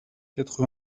quatre